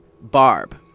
Barb